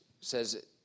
says